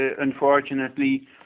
unfortunately